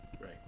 Right